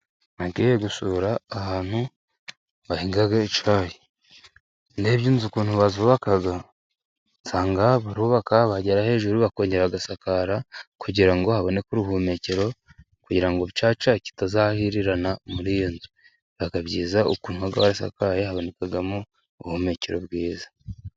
Nagiye gusura ahantu bahinga icyayi. Ndebye inzu ukuntu bazubaka nsanga barubaka, bagera hejuru bakongera bagasakara, kugira ngo haboneke uruhumekero, kugira ngo cya cyayi kitazahirirana muri iyo nzu. Biba byiyiza ukuntu hasakaye, habonekamo ubuhumekero bwiza.